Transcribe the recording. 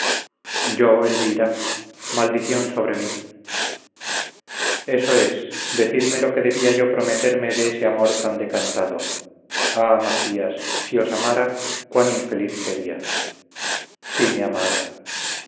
yo elvira maldición sobre mí eso es decidme lo que debía yo prometerme de ese amor tan decantado ah macías si os amara cuán infeliz sería si me amara